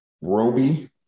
Roby